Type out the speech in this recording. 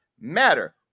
matter